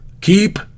keep